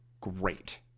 great